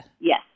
Yes